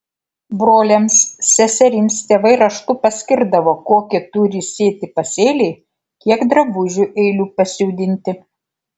broliams seserims tėvai raštu paskirdavo kokį turi sėti pasėlį kiek drabužių eilių pasiūdinti